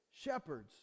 Shepherds